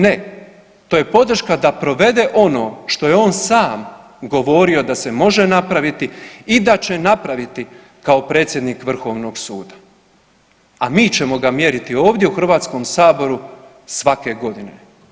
Ne, to je podrška da provede ono što je on sam govorio da se može napraviti i da će napraviti kao predsjednik vrhovnog suda, a mi ćemo ga mjeriti ovdje u HS svake godine.